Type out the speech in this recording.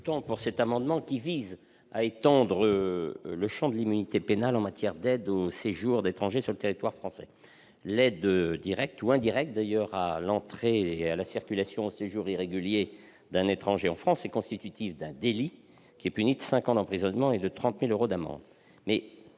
? Cet amendement vise à étendre le champ de l'immunité pénale en matière d'aide au séjour irrégulier d'étrangers sur le territoire français. L'aide directe ou indirecte à l'entrée, à la circulation ou au séjour irréguliers d'un étranger en France est constitutive d'un délit, puni de cinq ans d'emprisonnement et de 30 000 euros d'amende.